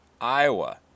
Iowa